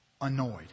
annoyed